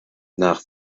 nach